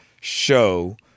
show